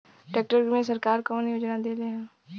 Tractor मे सरकार कवन योजना देले हैं?